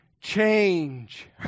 change